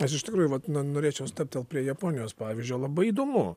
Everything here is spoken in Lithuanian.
aš iš tikrųjų vat na norėčiau stabtelt prie japonijos pavyzdžio labai įdomu